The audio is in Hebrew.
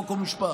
חוק ומשפט,